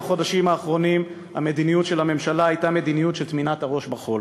בחודשים האחרונים המדיניות של הממשלה הייתה מדיניות של טמינת הראש בחול.